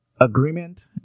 agreement